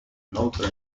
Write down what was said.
inoltre